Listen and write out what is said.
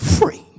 free